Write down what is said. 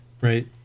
right